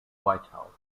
whitehall